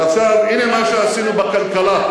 ועכשיו הנה מה שעשינו בכלכלה.